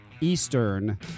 Eastern